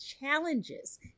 challenges